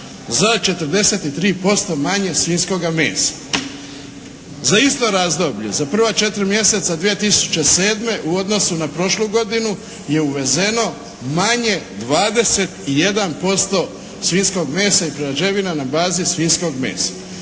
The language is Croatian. za 43% manje svinjskoga mesa. Za isto razdoblje za prva četiri mjeseca 2007. u odnosu na prošlu godinu je uvezeno manje 21% svinjskog mesa i prerađevina na bazi svinjskog mesa.